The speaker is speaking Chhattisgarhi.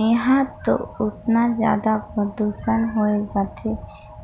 इहां तो अतना जादा परदूसन होए जाथे